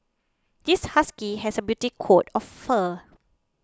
this husky has a beauty coat of fur